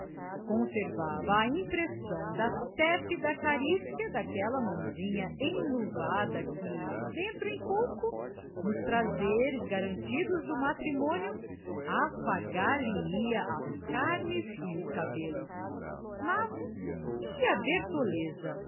conservava a impressão da tépida carícia daquela mãozinha enluvada que dentro em pouco nos prazeres garantidos do matrimônio afagar lhe ia as carnes e os cabelos mas e a bertoleza